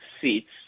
seats